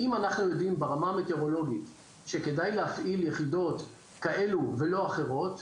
אם אנחנו יודעים ברמה המטאורולוגית שכדאי להפעיל יחידות כאלו ולא אחרות,